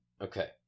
Okay